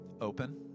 open